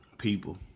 People